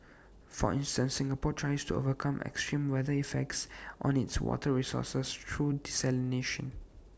for instance Singapore tries to overcome extreme weather effects on its water resources through desalination